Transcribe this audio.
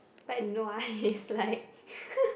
but nua is like